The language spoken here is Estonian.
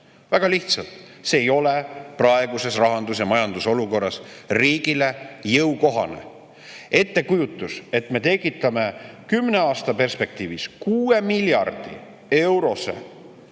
Väga lihtsalt: see ei ole praeguses rahandus‑ ja majandusolukorras riigile jõukohane. Ettekujutus, et me tekitame kümne aasta perspektiivis kuue miljardi eurose